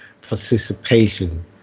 participation